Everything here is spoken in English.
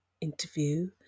Interview